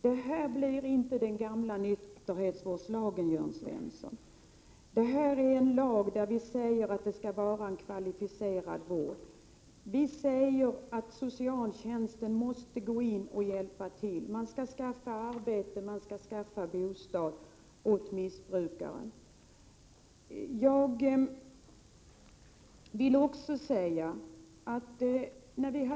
Det här blir inte detsamma som den gamla nykterhetsvårdslagstiftningen, Jörn Svensson. Det här är en lag där vi säger att det skall vara en kvalificerad vård. Vi säger att socialtjänsten måste gå in och hjälpa till. Man skall skaffa arbete och bostad åt missbrukaren.